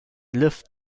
lift